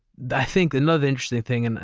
i think another interesting thing, and